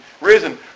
risen